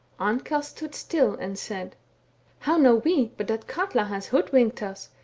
amkell stood still and said how know we but that katla has hoodwinked us,